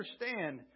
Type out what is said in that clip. understand